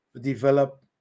develop